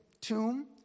tomb